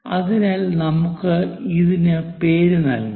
അതിനാൽ നമുക്ക് ഇതിന് പേര് നൽകാം